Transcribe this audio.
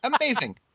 Amazing